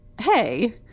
hey